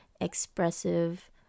expressive